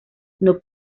snoop